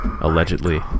Allegedly